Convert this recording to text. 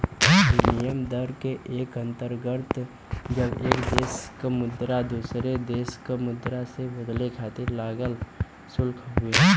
विनिमय दर के अंतर्गत जब एक देश क मुद्रा दूसरे देश क मुद्रा से बदले खातिर लागल शुल्क हउवे